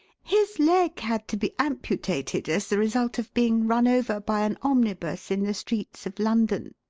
his leg had to be amputated as the result of being run over by an omnibus in the streets of london,